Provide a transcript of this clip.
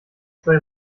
zwei